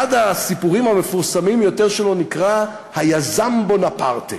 אחד הסיפורים המפורסמים יותר שלו נקרא "היזם בונפרטה",